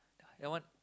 you all want